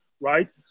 right